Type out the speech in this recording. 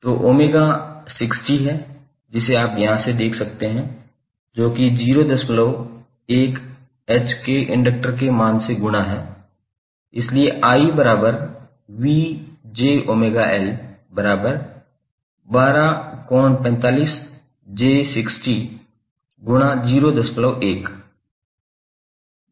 तो 𝜔 60 है जिसे आप यहाँ से देख सकते हैं जो कि 01H के इंडक्टर के मान से गुणा है